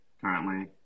currently